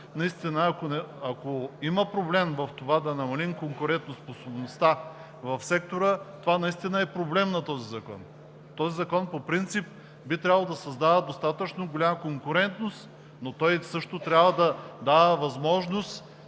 каза. Но ако има проблем да намалим конкурентоспособността в сектора, това наистина е проблем на този закон. Законът по принцип би трябвало да създава достатъчно голяма конкурентност, но той трябва да дава възможност